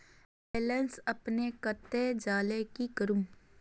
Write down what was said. Balance अपने कते जाले की करूम?